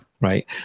Right